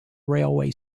railway